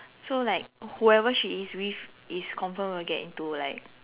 so like whoever she is with is confirm will get into like